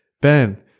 Ben